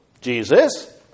Jesus